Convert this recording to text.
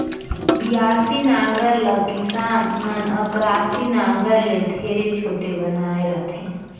बियासी नांगर ल किसान मन अकरासी नागर ले ढेरे छोटे बनाए रहथे